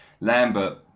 Lambert